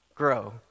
grow